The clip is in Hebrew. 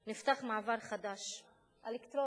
נפתח מעבר חדש, אלקטרוני,